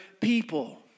people